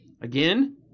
again